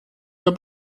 der